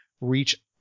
reach